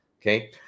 okay